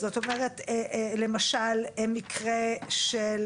למשל מקרה של